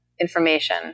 information